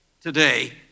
today